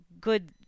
good